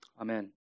Amen